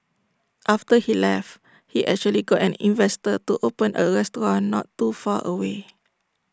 after he left he actually got an investor to open A restaurant not too far away